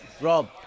Rob